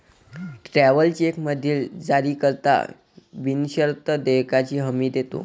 travellers चेकमधील जारीकर्ता बिनशर्त देयकाची हमी देतो